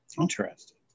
Interesting